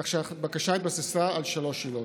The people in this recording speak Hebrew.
כך שהבקשה התבססה על שלוש עילות.